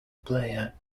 player